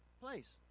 place